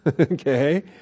Okay